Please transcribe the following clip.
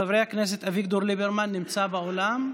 חבר הכנסת אביגדור ליברמן נמצא באולם?